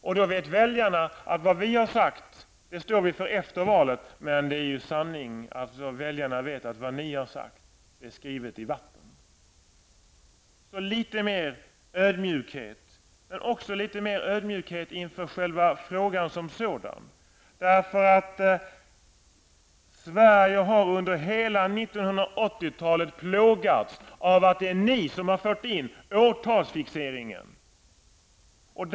Då kommer väljarna att veta att vad vi har sagt står vi för även efter valet, men väljarna vet att det som ni har sagt är som skrivet i vatten. Så litet mer ödmjukhet inför själva frågan som sådan ber jag om, därför att Sverige under hela 1980-talet har plågats av att ni fört in årtalsfixeringen i debatten.